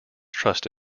trust